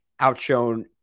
outshone